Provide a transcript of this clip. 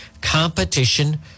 Competition